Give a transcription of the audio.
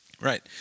Right